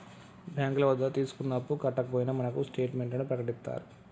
బ్యాంకుల వద్ద తీసుకున్న అప్పు కట్టకపోయినా మనకు స్టేట్ మెంట్లను ప్రకటిత్తారు